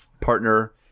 partner